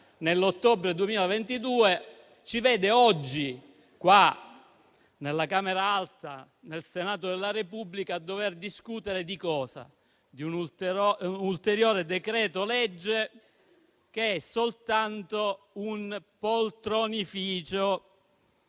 nell'ottobre 2022, oggi ci vede in questa sede, nella Camera alta, il Senato della Repubblica, a discutere di cosa? Di un ulteriore decreto-legge che è soltanto un poltronificio.